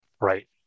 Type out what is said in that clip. right